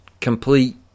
complete